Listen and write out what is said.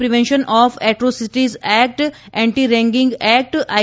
prevention of atrocities act anti ragging act I